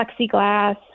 plexiglass